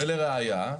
ולראיה,